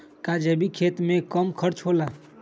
का जैविक खेती में कम खर्च होला?